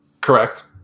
Correct